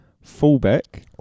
Fullback